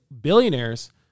Billionaires